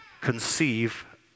conceive